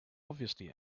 obviously